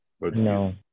No